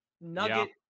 nugget